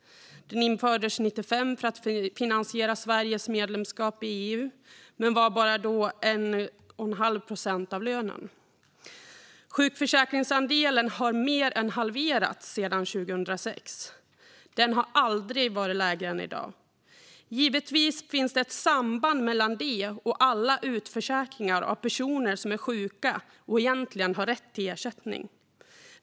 Den infördes 1995 för att finansiera Sveriges medlemskap i EU men var då bara 1 1⁄2 procent av lönen. Sjukförsäkringsandelen har mer än halverats sedan 2006. Den har aldrig varit lägre än i dag. Givetvis finns det ett samband mellan det och alla utförsäkringar av personer som är sjuka och egentligen har rätt till ersättning.